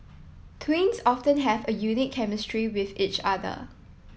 twins often have a unique chemistry with each other